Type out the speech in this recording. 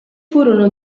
furono